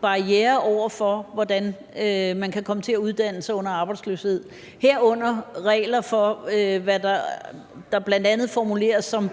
barrierer for, hvordan man kan komme til at uddanne sig under arbejdsløshed, herunder regler for, hvad der bl.a. formuleres som